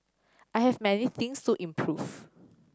I have many things to improve